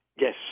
Yes